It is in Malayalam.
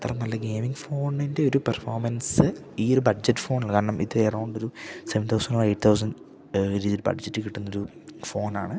അത്ര നല്ല ഗെയിമിംഗ് ഫോണിൻ്റെ ഒരു പെർഫോമൻസ് ഈ ഒരു ബഡ്ജറ്റ് ഫോൺ കാരണം ഇത് എറൗണ്ട് ഒരു സെവൻ തൗസൻഡ് എയിറ്റ് തൗസൻഡ് ഒരു ബഡ്ജറ്റ് കിട്ടുന്നൊരു ഫോണാണ്